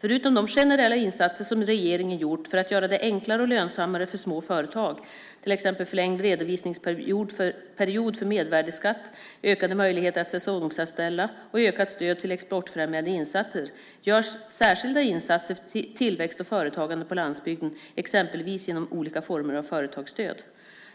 Förutom de generella insatser som regeringen gjort för att göra det enklare och lönsammare för små företag, till exempel förlängd redovisningsperiod för mervärdeskatt, ökade möjligheter att säsongsanställa och ökat stöd till exportfrämjande insatser, görs särskilda insatser för tillväxt och företagande på landsbygden, exempelvis genom olika former av företagsstöd.